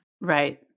Right